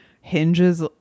hinges